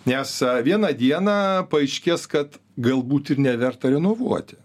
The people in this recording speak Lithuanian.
nes vieną dieną paaiškės kad galbūt ir neverta renovuoti